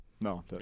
No